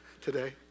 today